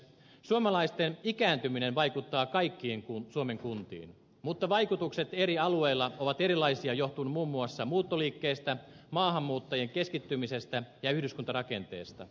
suomalaisten ikääntyminen vaikuttaa kaikkiin suomen kuntiin mutta vaikutukset eri alueilla ovat erilaisia johtuen muun muassa muuttoliikkeestä maahanmuuttajien keskittymisestä ja yhdyskuntarakenteesta